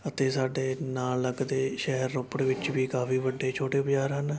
ਅਤੇ ਸਾਡੇ ਨਾਲ ਲੱਗਦੇ ਸ਼ਹਿਰ ਰੋਪੜ ਵਿੱਚ ਵੀ ਕਾਫੀ ਵੱਡੇ ਛੋਟੇ ਬਾਜ਼ਾਰ ਹਨ